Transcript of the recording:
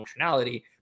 functionality